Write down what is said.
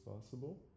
possible